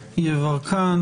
לדיון.